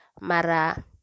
Mara